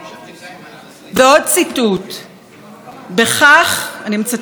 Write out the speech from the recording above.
אני מצטטת את שרת המשפטים: "בכך יסיים העם